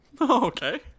Okay